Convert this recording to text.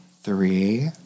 three